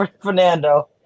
Fernando